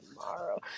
tomorrow